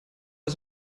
ist